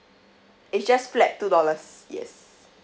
it's just flat two dollars yes